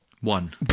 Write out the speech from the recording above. One